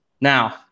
Now